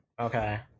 Okay